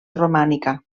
romànica